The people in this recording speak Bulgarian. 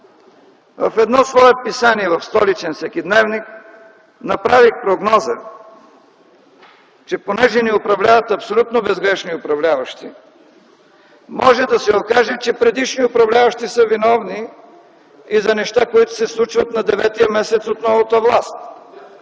в едно свое писание в столичен всекидневник, направих прогноза, че понеже ни управляват абсолютно безгрешни управляващи може да се окаже, че предишни управляващи са виновни и за неща, които се случват на деветия месец от новата власт.